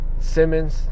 Simmons